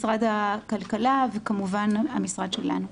משרד הכלכלה וכמובן המשרד שלנו.